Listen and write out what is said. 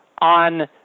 on